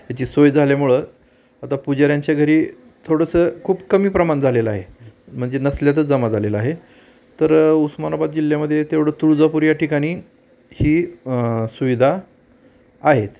याची सोय झाल्यामुळं आता पुजऱ्यांच्या घरी थोडंसं खूप कमी प्रमाण झालेलं आहे म्हणजे नसल्यातच जमा झालेला आहे तर उस्मानाबाद जिल्ह्यामध्ये तेवढं तुळजापुर या ठिकाणी ही सुविधा आहेत